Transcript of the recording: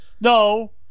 No